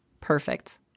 perfect